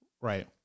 right